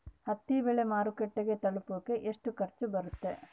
ಹತ್ತಿ ಬೆಳೆ ಮಾರುಕಟ್ಟೆಗೆ ತಲುಪಕೆ ಎಷ್ಟು ಖರ್ಚು ಬರುತ್ತೆ?